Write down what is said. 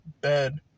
bed